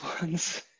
ones